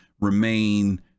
remain